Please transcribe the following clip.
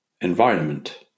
environment